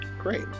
Great